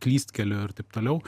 klystkelių ir taip toliau